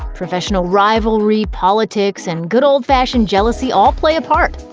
professional rivalry, politics, and good old fashioned jealousy all play a part.